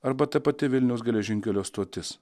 arba ta pati vilniaus geležinkelio stotis